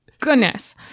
goodness